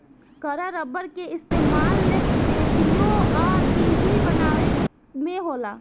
कड़ा रबड़ के इस्तमाल रेडिओ आ टी.वी बनावे में होला